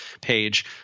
page